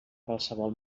qualsevol